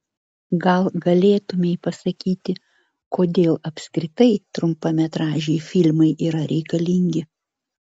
gal galėtumei pasakyti kodėl apskritai trumpametražiai filmai yra reikalingi